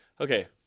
okay